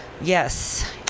Yes